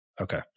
okay